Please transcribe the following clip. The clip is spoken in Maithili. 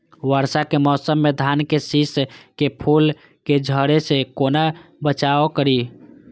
वर्षा के मौसम में धान के शिश के फुल के झड़े से केना बचाव करी?